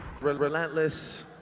Relentless